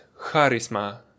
charisma